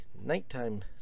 Nighttime